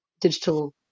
digital